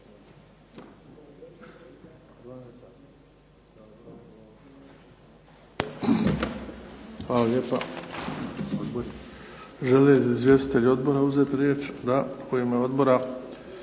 Hvala lijepa. Žele li izvjestitelji odbora uzeti riječ? Da. U ime Odbora